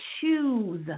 choose